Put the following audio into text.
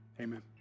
Amen